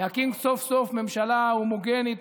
להקים סוף-סוף ממשלה הומוגנית,